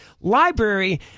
Library